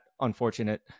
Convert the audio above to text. unfortunate